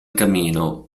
camino